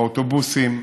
באוטובוסים,